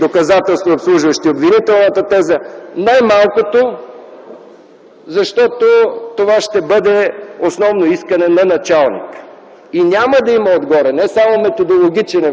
доказателства, обслужващи обвинителната теза, най-малкото защото това ще бъде основно искане на началника и няма да има отгоре